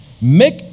Make